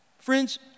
Friends